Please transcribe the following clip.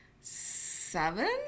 seven